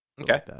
Okay